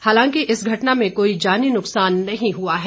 हालांकि इस घटना में कोई जानी नुकसान नहीं हुआ है